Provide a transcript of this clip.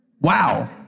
Wow